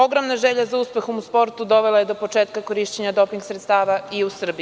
Ogromna želja za uspehom u sportu dovela je do početka korišćenja doping sredstava i u Srbiji.